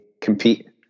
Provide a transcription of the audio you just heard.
compete